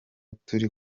turi